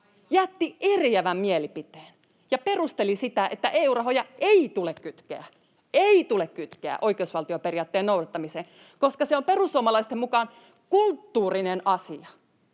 Jättivät eriävän mielipiteen ja perustelivat sitä sillä, että EU-rahoja ei tule kytkeä — ei tule kytkeä — oikeusvaltioperiaatteen noudattamiseen, koska se on perussuomalaisten mukaan kulttuurinen asia.